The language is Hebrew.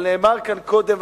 אבל נאמר כאן קודם,